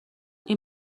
این